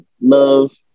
love